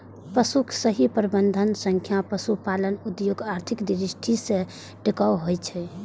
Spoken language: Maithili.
पशुक सही प्रबंधन सं पशुपालन उद्योग आर्थिक दृष्टि सं टिकाऊ होइ छै